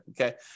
okay